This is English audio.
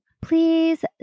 Please